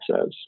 says